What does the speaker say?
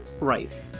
Right